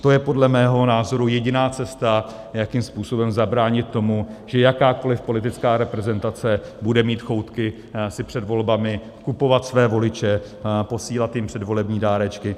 To je podle mého názoru jediná cesta, jakým způsobem zabránit tomu, že jakákoliv politická reprezentace bude mít choutky si před volbami kupovat své voliče, posílat jim předvolební dárečky.